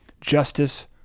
justice